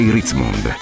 Ritzmond